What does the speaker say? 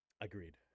Agreed